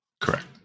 Correct